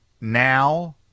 now